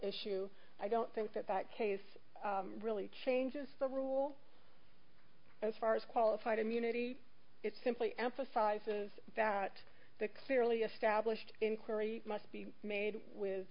issue i don't think that that case really changes the rule as far as qualified immunity it simply emphasizes that the clearly established inquiry must be made with